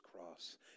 cross